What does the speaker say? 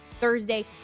Thursday